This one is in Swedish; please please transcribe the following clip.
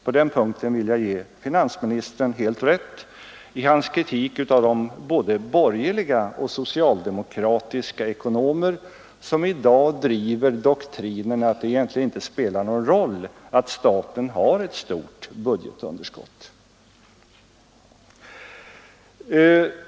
På den punkten vill jag ge finansministern helt rätt i hans kritik av de både borgerliga och socialdemokratiska ekonomer som i dag hävdar doktrinen att det egentligen inte spelar någon roll att staten har ett stort budgetunderskott.